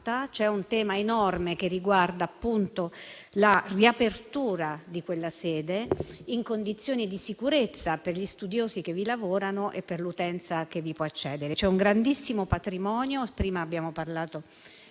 C'è un tema enorme che riguarda la riapertura di quella sede in condizioni di sicurezza per gli studiosi che vi lavorano e per l'utenza che vi può accedere. C'è un grandissimo patrimonio e - prima ne abbiamo parlato